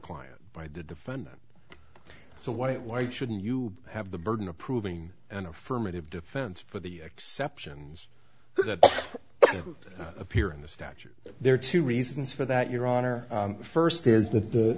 client by the defendant so white why shouldn't you have the burden of proving an affirmative defense for the exceptions that appear in the statute there are two reasons for that your honor first is that